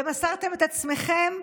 ומסרתם את עצמכם,